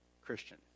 Christian